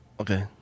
Okay